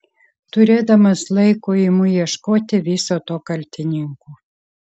turėdamas laiko imu ieškoti viso to kaltininkų